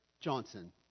Johnson